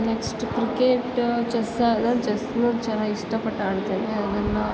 next cricket chess ಅಲ ಚೆಸ್ನು ಜನ ಇಷ್ಟಪಟ್ಟು ಆಡ್ತಾರೆ ಅದನ್ನು